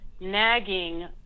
nagging